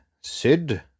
Sid